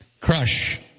Crush